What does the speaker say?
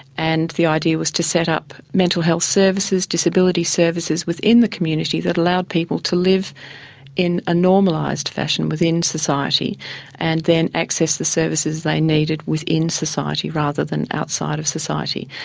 and the idea was to set up mental health services, disability services within the community that allowed people to live in a normalised fashion within society and then access the services they needed within society rather than outside of society.